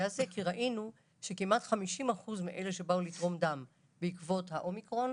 הזה כי ראינו שכמעט 50% מאלה שבאו לתרום דם בעקבות האומיקרון,